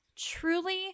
truly